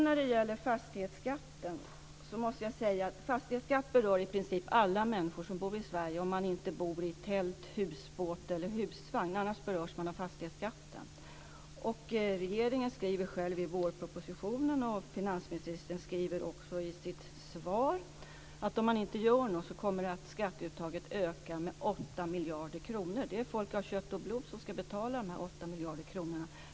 När det gäller fastighetsskatten måste jag säga att den i princip berör alla människor som bor i Sverige, om man inte bor i tält, husbåt eller husvagn. Annars berörs man av fastighetsskatten. Regeringen skriver själv i vårpropositionen, och finansministern skriver också i sitt svar, att om man inte gör något så kommer skatteuttaget att öka med 8 miljarder kronor. Det är folk av kött och blod som ska betala de här 8 miljarder kronorna!